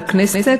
לכנסת,